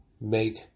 make